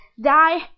die